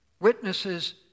Witnesses